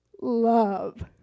love